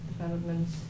developments